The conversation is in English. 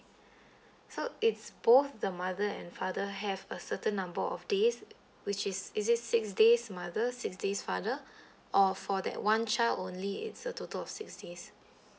so it's both the mother and father have a certain number of days which is is it six days mother six days father or for that one child only it's a total of six days